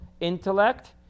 intellect